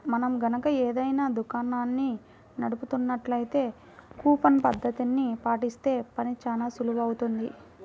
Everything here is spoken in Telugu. మనం గనక ఏదైనా దుకాణాన్ని నడుపుతున్నట్లయితే కూపన్ పద్ధతిని పాటిస్తే పని చానా సులువవుతుంది